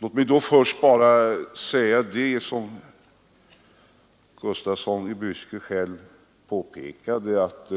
Låt mig först säga — vilket herr Gustafsson i Byske själv påpekade — att